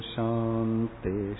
Shanti